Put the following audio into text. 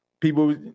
People